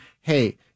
hey